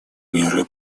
меры